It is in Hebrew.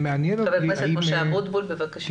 הכנסת משה אבוטבול בבקשה.